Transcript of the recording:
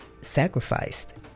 sacrificed